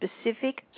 specific